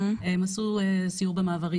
הם עשו סיור במעברים,